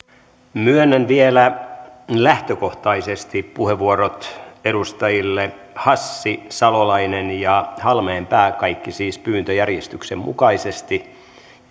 myönnän vielä lähtökohtaisesti puheenvuorot edustajille hassi salolainen ja halmeenpää kaikki siis pyyntöjärjestyksen mukaisesti